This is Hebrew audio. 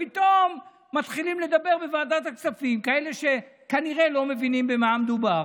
ופתאום מתחילים לדבר בוועדת הכספים כאלה שכנראה לא מבינים במה מדובר,